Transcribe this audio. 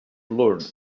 learn